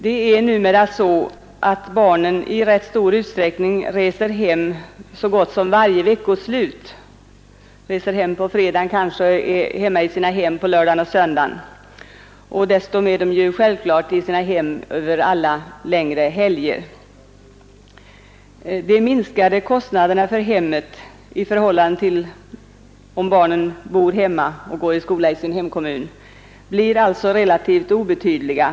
Det är numera så att barnen i rätt stor utsträckning reser hem så gott som varje veckoslut. De kommer alltså hem på fredagen och är hemma på lördagen och söndagen. Dessutom är de självklart i sina hem över alla längre helger. De minskade kostnaderna för hemmet i förhållande till om barnen bor hemma och går i skola i sin hemkommun blir alltså relativt obetydliga.